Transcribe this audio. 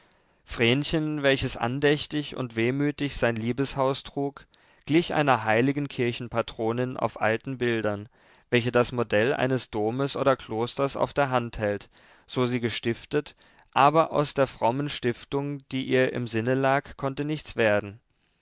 vrenchen welches andächtig und wehmütig sein liebeshaus trug glich einer heiligen kirchenpatronin auf alten bildern welche das modell eines domes oder klosters auf der hand hält so sie gestiftet aber aus der frommen stiftung die ihr im sinne lag konnte nichts werden